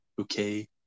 Okay